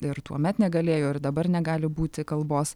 ir tuomet negalėjo ir dabar negali būti kalbos